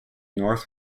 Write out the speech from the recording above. north